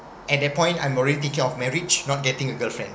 and at that point I'm already thinking of marriage not getting a girlfriend